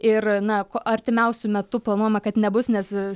ir na ko artimiausiu metu planuojama kad nebus nes